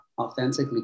authentically